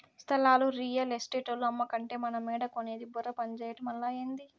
స్థలాలు రియల్ ఎస్టేటోల్లు అమ్మకంటే మనమేడ కొనేది బుర్ర పంజేయటమలా, ఏంది